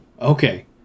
okay